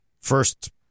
first